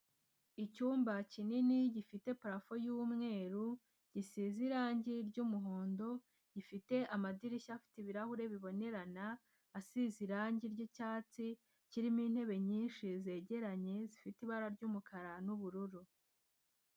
Icyumba kinini gifite parafo y'umweru, gisize irange ry'umuhondo, gifite amadirishya afite ibirahure bibonerana asize irange ry'icyatsi kirimo intebe nyinshi zegeranye zifite ibara ry'umukara n'ubururu.